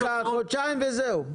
חודשיים וזהו.